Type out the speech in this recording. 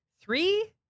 three